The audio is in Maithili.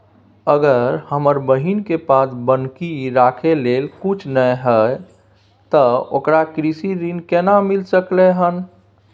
अगर हमर बहिन के पास बन्हकी रखय लेल कुछ नय हय त ओकरा कृषि ऋण केना मिल सकलय हन?